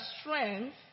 strength